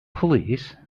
police